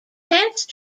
tense